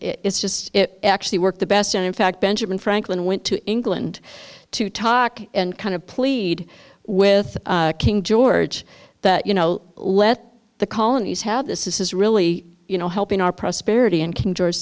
it's just it actually worked the best and in fact benjamin franklin went to england to talk and kind of plead with king george that you know let the colonies how this is really you know helping our prosperity and king george